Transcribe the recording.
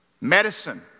Medicine